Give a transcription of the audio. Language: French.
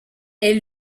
est